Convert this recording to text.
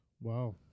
Wow